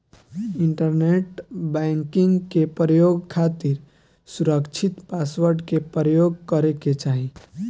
internet banking के प्रयोग खातिर सुरकछित पासवर्ड के परयोग करे के चाही